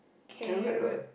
carrot what